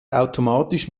automatisch